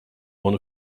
one